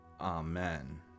amen